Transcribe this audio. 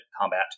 combat